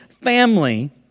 family